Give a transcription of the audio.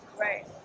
right